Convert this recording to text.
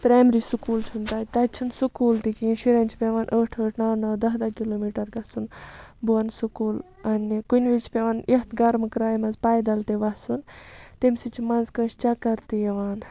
primary school چھُنہٕ تَتہِ تَتہِ چھِنہٕ سکوٗل تہِ کِہیٖنۍ شُرٮ۪ن چھِ پیٚوان ٲٹھ ٲٹھ نَو نَو دَہ دَہ کِلوٗ میٖٹر گژھُن بۄن سکوٗل اَںنہِ کُنہِ وِز چھِ پیٚوان یتھ گرمہٕ کرٛاے منٛز پیدَل تہِ وَسُن تمہِ سۭتۍ چھِ منٛزٕ کٲنٛسہِ چَکَر تہِ یِوان